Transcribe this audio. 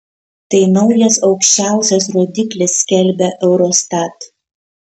tai naujas aukščiausias rodiklis skelbia eurostat